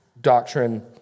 doctrine